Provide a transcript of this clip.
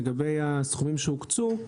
לגבי הסכומים שהוקצו,